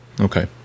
Okay